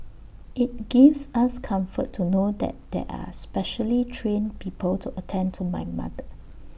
IT gives us comfort to know that there are specially trained people to attend to my mother